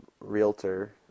realtor